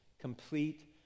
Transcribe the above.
complete